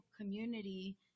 community